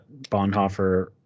Bonhoeffer